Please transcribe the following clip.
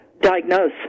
diagnose